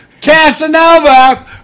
Casanova